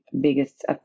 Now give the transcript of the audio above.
biggest